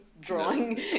drawing